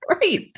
Right